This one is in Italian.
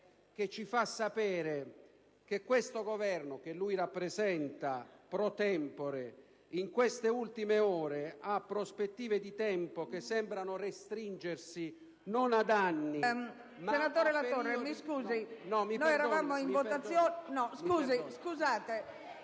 che ci fa sapere che questo Governo, che lui rappresenta *pro tempore*, in queste ultime ore ha prospettive di tempo che sembrano restringersi non ad anni